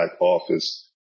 office